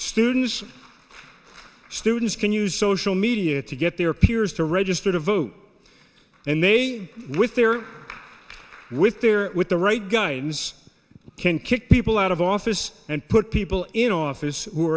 students students can use social media to get their peers to register to vote and they with their with their with the right guidance can kick people out of office and put people in office who